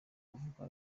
kuvugwa